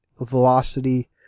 velocity